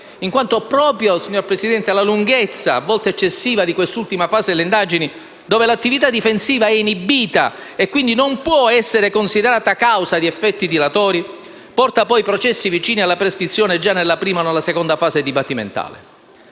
in quanto proprio la lunghezza, a volte eccessiva, di quest'ultima fase, dove l'attività difensiva è inibita e quindi non può essere considerata causa di effetti dilatori, porta poi i processi vicini alla prescrizione già nella prima o nella seconda fase dibattimentale.